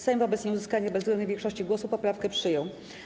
Sejm wobec nieuzyskania bezwzględnej większości głosów poprawkę przyjął.